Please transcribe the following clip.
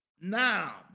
now